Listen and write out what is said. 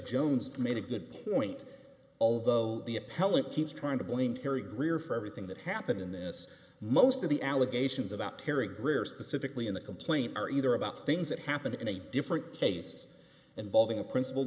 jones made a good point although the appellant keeps trying to blame terry greer for everything that happened in this most of the allegations about terry greer specifically in the complaint are either about things that happened in a different case involving a principal